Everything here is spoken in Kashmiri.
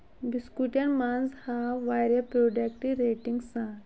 بِسکوٗٹٮ۪ن مَنٛز ہاو واریاہ پروڈکٹ ریٹنگ سان